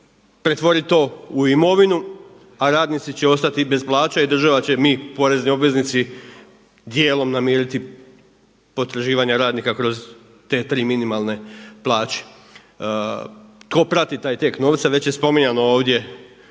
pretvorit to u imovinu, a radnici će ostati bez plaća i država će, mi, porezni obveznici dijelom namiriti potraživanja radnika kroz te tri minimalne plaće. Tko prati taj tijek novca? Već je spominjano ovdje.